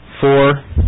four